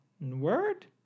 Word